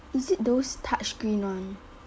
is it those touchscreen one